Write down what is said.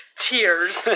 tears